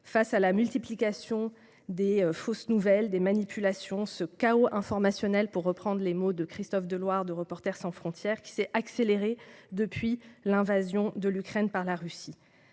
face à la multiplication des fausses nouvelles et des manipulations. Ce « chaos informationnel », pour reprendre les mots de Christophe Deloire, de Reporters sans frontières, s'est accéléré depuis l'invasion de l'Ukraine par la Russie.